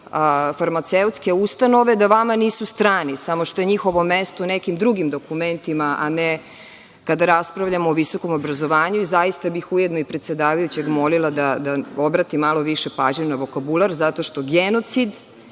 farmaceutske ustanove, da vama nisu strani, samo što je njihovo mesto u nekim drugim dokumentima, a ne kada raspravljamo o visokom obrazovanju. Zaista bih ujedno i predsedavajućeg molila da obrati malo više pažnje na vokabular, zato što genocid